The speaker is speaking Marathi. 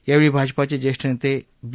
यावेळी भाजपाचे ज्येष्ठ नेते बी